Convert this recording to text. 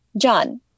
John